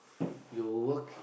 you work